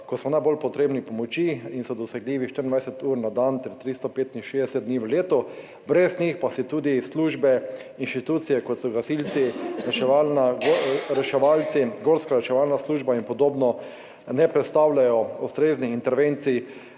ko smo najbolj potrebni pomoči, dosegljivi so 24 ur na dan ter 365 dni v letu, brez njih pa si tudi službe, institucije, kot so gasilci, reševalci, gorska reševalna služba in podobno, ne predstavljamo ustreznih intervencij,